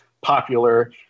popular